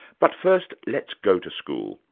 but first, let's go to school.